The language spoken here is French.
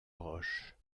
roches